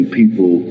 people